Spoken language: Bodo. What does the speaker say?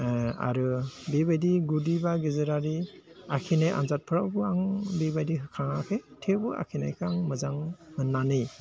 आरो बेबायदि गुदि बा गेजेरारि आखिनाय आनजादफोरावबो आं बेबायदि होख्राङाखै थेवबो आखिनायखौ आं मोजां मोननानै